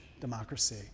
democracy